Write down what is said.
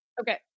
Okay